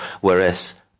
whereas